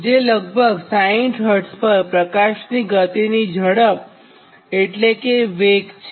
જે લગભગ 60Hz પર પ્રકાશની ગતિની ઝડપ એટલે કે વેગ છે